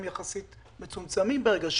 לכן אנחנו פה נגיד בסוף הדיון תראה,